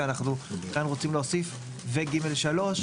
ואנחנו רוצים להוסיף כאן "ו-(ג)(3)"